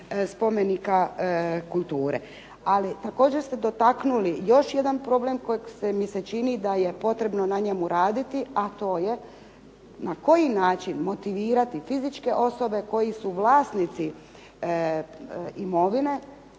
spomenika kulture. Ali također ste dotaknuli još jedan problem kojeg mi se čini da je potrebno na njemu raditi, a to je na koji način motivirati fizičke osobe koji su vlasnici imovine